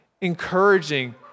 encouraging